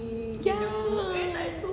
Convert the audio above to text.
ya